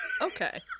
okay